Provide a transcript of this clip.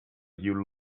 you